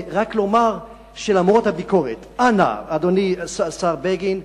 ורק לומר שלמרות הביקורת, אנא, אדוני השר בגין,